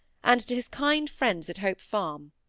and to his kind friends at hope farm.